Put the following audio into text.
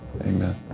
Amen